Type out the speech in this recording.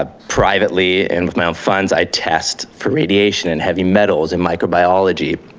ah privately and with my own funds i test for radiation and heavy metals and microbiology.